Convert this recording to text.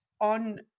on